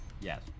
yes